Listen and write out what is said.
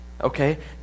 okay